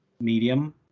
medium